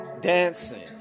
dancing